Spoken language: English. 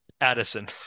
Addison